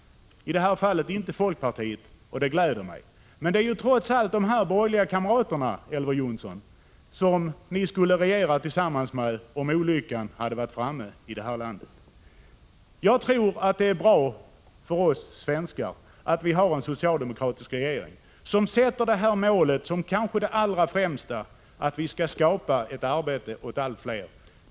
I det här fallet vill inte folkpartiet detta, och det gläder mig. Men det är trots allt, Elver Jonsson, de borgerliga kamraterna som ni skulle regera tillsammans med om olyckan hade varit framme i det här landet. Jag tror att det är bra för oss svenskar att vi har en socialdemokratisk regering som sätter som sitt kanske allra främsta mål att skapa arbete åt allt fler.